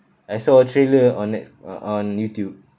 I saw a trailer on net~ uh on youtube